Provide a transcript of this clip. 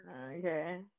Okay